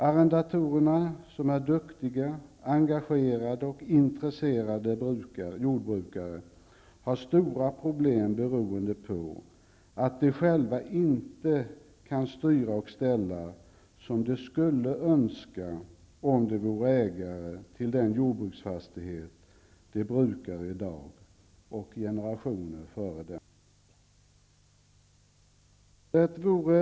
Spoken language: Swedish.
Arrendatorerna, som är duktiga, engagerade och intresserade jordbrukare, har stora problem beroende på att de själva inte kan styra och ställa som de skulle kunna om de vore ägare till den jordbruksfastighet som de brukar i dag och som generationer före dem har brukat.